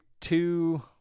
two